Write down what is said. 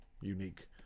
unique